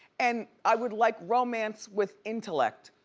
and i would like romance with intellect.